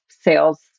sales